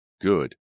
Good